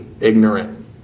ignorant